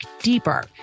deeper